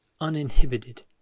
uninhibited